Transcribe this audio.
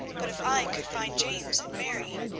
but if i could find james and mary,